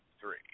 three